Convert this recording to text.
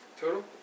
Total